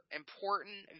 important